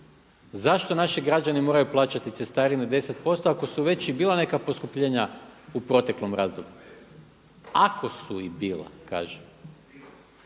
Zašto naši građani moraju plaćati cestarinu 10% ako su već i bila neka poskupljenja u proteklom razdoblju? Ako su i bila kažem.